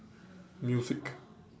music